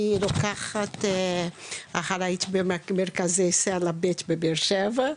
אני רוקחת אחראית במרכז סלע בבאר שבע,